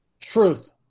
truth